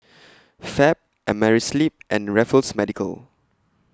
Fab Amerisleep and Raffles Medical